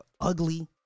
ugly